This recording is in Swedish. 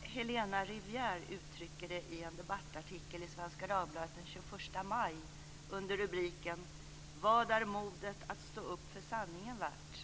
Helena Rivière uttrycker det så här i en debattartikel i Svenska dagbladet den 21 maj under rubriken "Vad är modet att stå upp för sanningen värt?